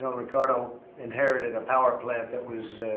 ah ricardo inherited a power plant that was